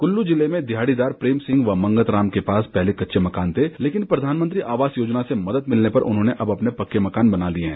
कुल्लु जिले में देहाडीदार प्रेम सिंह व मंगतराम के पास पहले कच्चे मकान थे लेकिन प्रधानमंत्री आवास योजना से मदद मिलने पर अब उन्होंने पक्के मकान बना लिये हैं